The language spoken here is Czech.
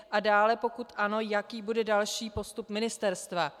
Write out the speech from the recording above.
A dále, pokud ano, jaký bude další postup ministerstva.